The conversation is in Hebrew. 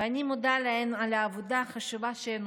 ואני מודה להן על העבודה החשובה שהן